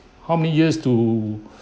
how many years to